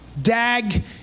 Dag